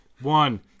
one